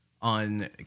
on